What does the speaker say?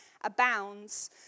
abounds